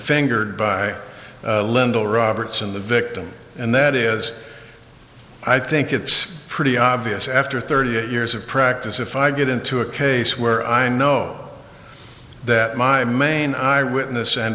fingered by lendl roberts in the victim and that is i think it's pretty obvious after thirty eight years of practice if i get into a case where i know that my main eye witness and